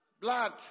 Blood